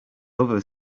other